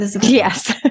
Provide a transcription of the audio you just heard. Yes